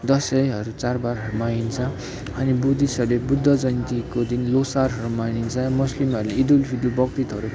दसैँहरू चाडबाडहरू मनाइन्छ अनि बुद्धिस्टहरूले बुद्ध जयन्तीको दिन लोसारहरू मनाइन्छ मुस्लिमहरूले इदुल फितरहरू बकरिदहरू